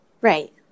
Right